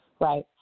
Right